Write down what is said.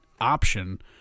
option